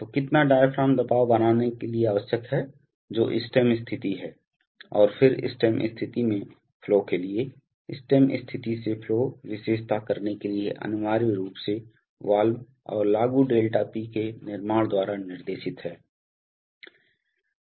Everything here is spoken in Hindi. तो कितना डायाफ्राम दबाव बनाने के लिए आवश्यक है जो स्टेम स्थिति है और फिर स्टेम स्थिति में फ्लो के लिए स्टेम स्थिति से फ्लो विशेषता करने के लिए अनिवार्य रूप से वाल्व और लागू ΔP के निर्माण द्वारा निर्देशित है